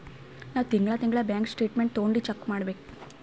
ನಾವ್ ತಿಂಗಳಾ ತಿಂಗಳಾ ಬ್ಯಾಂಕ್ ಸ್ಟೇಟ್ಮೆಂಟ್ ತೊಂಡಿ ಚೆಕ್ ಮಾಡ್ಬೇಕ್